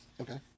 Okay